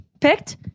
picked